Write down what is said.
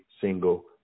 single